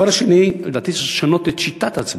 הדבר השני, לדעתי צריך לשנות את שיטת ההצבעה.